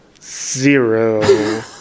zero